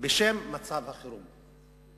ואומר שאין הבדל אם זה מצב קבוע או אם זה מצב זמני,